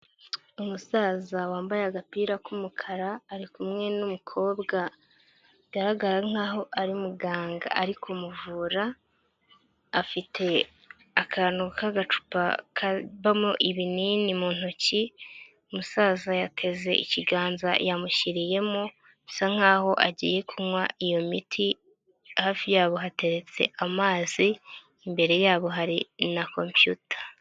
Umusaza wambaye agapira k'umukara ari kumwe n'umukobwa, bigaragara nkaho ari muganga ari kumuvura. Afite akantu k'agacupa kabamo ibinini mu ntoki umusaza yateze ikiganza yamushyiriyemo, bisa nkaho agiye kunywa iyo miti. Hafi yabo hateretse amazi imbere yabo hari na copyuta.